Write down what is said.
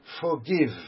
forgive